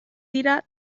dira